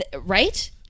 right